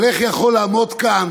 אבל איך יכול לעמוד כאן